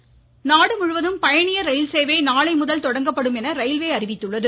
ரயில்சேவை நாடுமுழுவதும் பயணியர் ரயில்சேவை நாளைமுதல் தொடங்கப்படும் என ரயில்வே அறிவித்துள்ளது